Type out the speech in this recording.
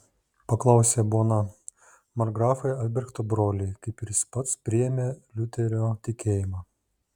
paklausė bona markgrafai albrechto broliai kaip ir jis pats priėmė liuterio tikėjimą